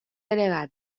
delegat